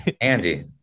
andy